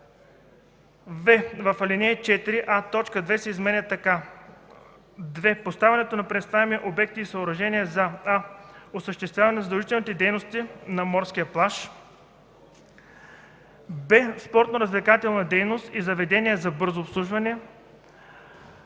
3. В ал. 4: а) точка 2 се изменя така: „2. поставянето на преместваеми обекти и съоръжения за: а) осъществяване на задължителните дейности на морския плаж; б) спортно-развлекателна дейност и заведения за бързо обслужване.”;